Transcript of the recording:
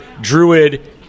druid